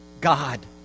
God